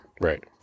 Right